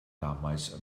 damals